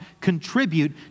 contribute